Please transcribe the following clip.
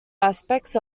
aspects